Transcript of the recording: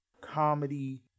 comedy